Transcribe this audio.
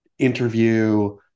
Interview